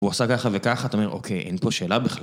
הוא עושה ככה וככה, אתה אומר אוקיי, אין פה שאלה בכלל.